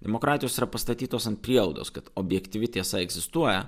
demokratijos yra pastatytos ant prielaidos kad objektyvi tiesa egzistuoja